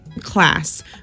class